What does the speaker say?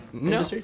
No